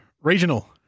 Regional